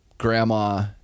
grandma